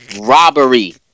Robbery